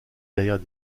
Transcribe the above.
derrière